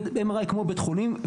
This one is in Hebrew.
MRI כמו בבית חולים,